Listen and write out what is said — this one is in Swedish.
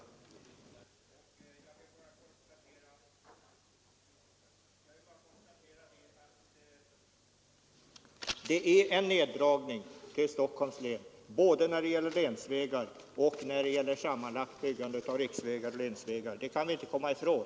Jag vill bara konstatera att det här är fråga om en nedskärning för Stockholms län både när det gäller länsvägar och när det gäller riksvägar — det kan vi inte komma ifrån.